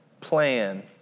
plan